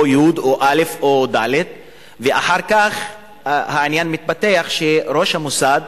או י' או א' או ד'; אחר כך העניין מתפתח שראש המוסד